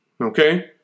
okay